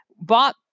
bought